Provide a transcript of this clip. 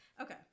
Okay